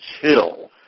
chill